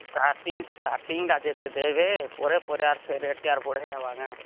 starting ଷ୍ଟାଟିଙ୍ଗ୍ଟା ଯେତେ ଦେବେ ପରେ ପରେ ଆର ସେ ରେଟ୍ କେ ଆର ବଢ଼େଇ ହେବ କ'ଣ